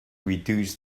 reduce